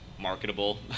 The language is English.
marketable